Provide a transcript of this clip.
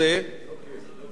אין לזה מקום.